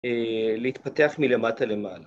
להתפתח מלמטה למעלה